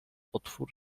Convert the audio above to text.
otwór